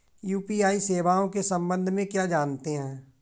UPI सेवाओं के संबंध में क्या जानते हैं?